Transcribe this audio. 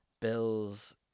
Bill's